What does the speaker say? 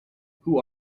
who